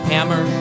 Hammer